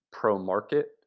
pro-market